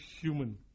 human